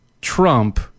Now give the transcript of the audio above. Trump